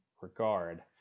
regard